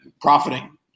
profiting